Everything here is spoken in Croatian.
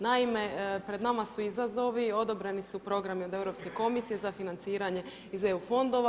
Naime, pred nama su izazovi, odobreni su programi od Europske komisije za financiranje iz EU fondova.